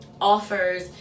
offers